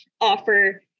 offer